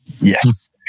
Yes